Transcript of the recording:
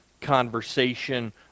conversation